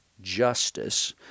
justice